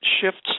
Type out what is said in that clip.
shifts